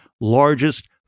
largest